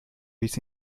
wies